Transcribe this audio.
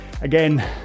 again